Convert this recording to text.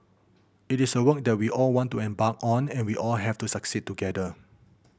it is a work that we all want to embark on and we all want to succeed together